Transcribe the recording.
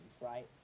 right